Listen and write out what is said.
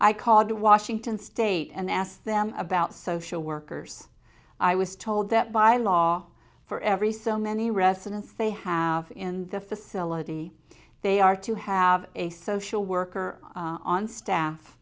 i called to washington state and asked them about social workers i was told that by law for every so many residents they have in the facility they are to have a social worker on staff